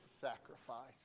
sacrifice